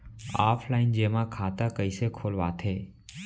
Offline जेमा खाता कइसे खोलवाथे?